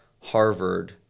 Harvard